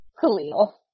Khalil